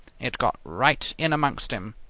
it got right in amongst him.